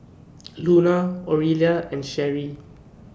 Luna Orilla and Sherrie